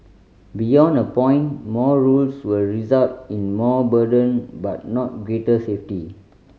beyond a point more rules will result in more burden but not greater safety